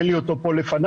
אין לי אותו פה לפניי,